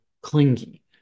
clingy